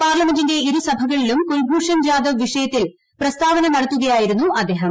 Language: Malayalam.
പാർലമെന്റിന്റെ ഇരുസഭകളിലും കുൽഭൂഷൺ ജാദവ് വിഷയത്തിൽ പ്രസ്താവന നടത്തുകയായിരുന്നു അദ്ദേഹം